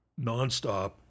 nonstop